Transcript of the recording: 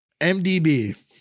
MDB